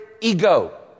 ego